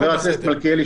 חבר הכנסת מלכיאלי,